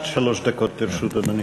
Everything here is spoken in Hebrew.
עד שלוש דקות לרשות אדוני.